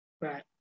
Right